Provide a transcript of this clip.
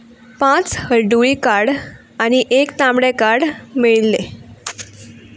पांच हळडुवें कार्ड आनी एक तांबडे कार्ड मेळिल्ले